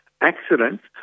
accidents